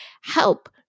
help